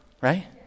right